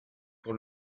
pour